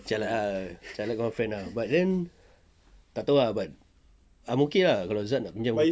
jialat ah jialat got friend ah but then tak tahu ah but I'm okay ah kalau zad nak pinjam